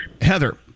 heather